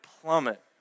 plummet